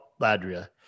Ladria